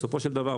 בסופו של דבר,